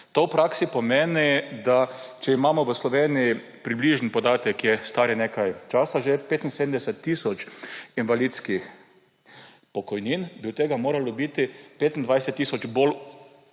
To v praksi pomeni, da če imamo v Sloveniji – približen podatek je, star je že nekaj časa – 75 tisoč invalidskih pokojnin, bi jih od tega moralo biti 25 tisoč bolj